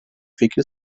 fikri